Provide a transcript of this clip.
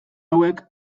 hauek